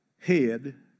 head